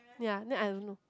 ya then I don't know